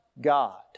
God